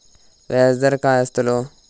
व्याज दर काय आस्तलो?